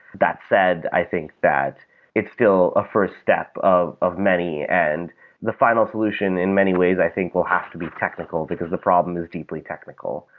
that said, i think that it's still a first step of of many, and the final solution in many ways i think will have to be technical, because the problem is deeply technical.